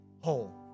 whole